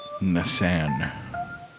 Nissan